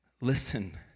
listen